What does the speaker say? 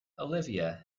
olivia